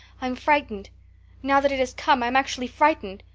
i'm frightened now that it has come i'm actually frightened.